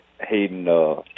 Hayden